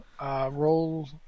Roll